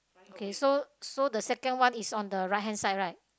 okay so so the second one is on the right hand side right